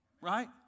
Right